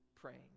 praying